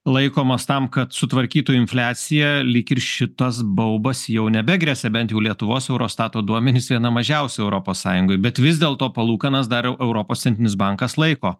laikomos tam kad sutvarkytų infliaciją lyg ir šitas baubas jau nebegresia bent jau lietuvos eurostato duomenys viena mažiausių europos sąjungoj bet vis dėlto palūkanas dar europos centrinis bankas laiko